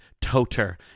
Toter